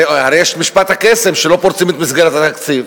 הרי יש משפט הקסם שלא פורצים את מסגרת התקציב.